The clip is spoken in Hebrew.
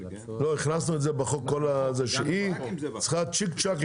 הכנסנו את זה בחוק, שהיא צריכה לעבוד צ'יק-צ'ק.